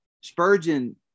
Spurgeon